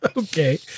Okay